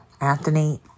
Anthony